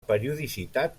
periodicitat